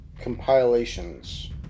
Compilations